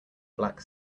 black